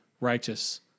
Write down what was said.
righteous